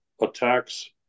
attacks